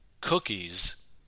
cookies